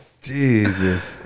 Jesus